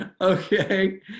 Okay